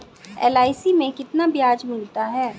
LIC में कितना ब्याज मिलता है?